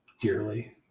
dearly